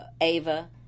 ava